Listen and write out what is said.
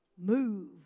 Move